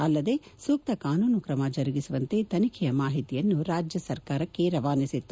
ಅಲ್ಲದೆ ಸೂಕ್ತ ಕಾನೂನು ಕ್ರಮ ಜರುಗಿಸುವಂತೆ ತನಿಖೆಯ ಮಾಹಿತಿಯನ್ನು ರಾಜ್ಜ ಸರ್ಕಾರಕ್ಕೆ ರವಾನಿಸಿತ್ತು